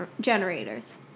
generators